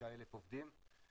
25,000 עובדים.